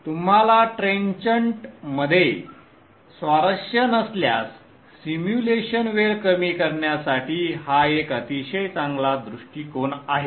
तुम्हाला ट्रेंचंटमध्ये स्वारस्य नसल्यास सिम्युलेशन वेळ कमी करण्यासाठी हा एक अतिशय चांगला दृष्टीकोन आहे